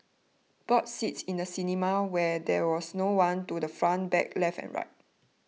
bought seats in the cinema where there was no one to the front back left and right